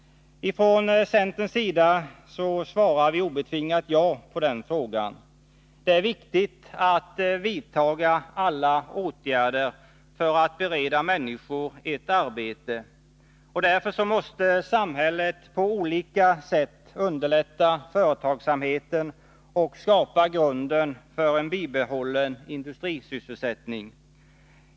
Ifrån centerns sida svarar vi obetingat ja på den frågan. Det är viktigt att vidtaga alla åtgärder för att bereda människor ett arbete. Därför måste samhället på olika sätt underlätta företagsamheten och skapa grunden för en bibehållen industrisysselsättning.